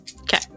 Okay